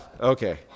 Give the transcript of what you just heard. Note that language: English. okay